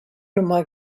nummer